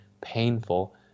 painful